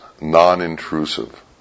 non-intrusive